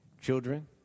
children